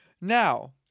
Now